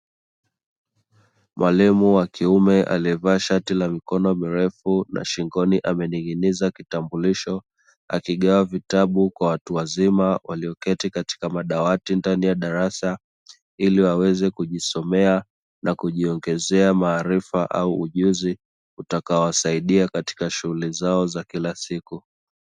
Mwalimu wa kiume aliyevaa shati la mikono mirefu na shingoni amening'iniza kitambulisho, akigawa vitabu kwa watu wazima walioketi katika madawati ndani ya darasa. Ili waweze kujisomea na kujiongezea maarifa au ujuzi utakao wasaidia katika shughuli zao za kila siku.